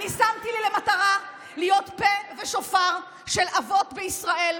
אני שמתי לי למטרה להיות פה ושופר של אבות בישראל,